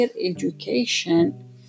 education